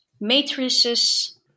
matrices